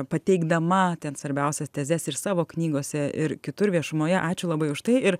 pateikdama ten svarbiausias tezes ir savo knygose ir kitur viešumoje ačiū labai už tai ir